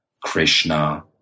Krishna